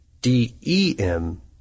D-E-M